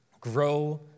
grow